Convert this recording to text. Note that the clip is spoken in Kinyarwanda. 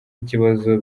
ikibazo